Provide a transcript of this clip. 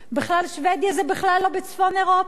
בכלל, שבדיה זה בכלל לא בצפון אירופה,